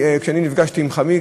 כשנפגשתי עם חמי,